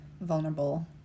vulnerable